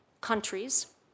countries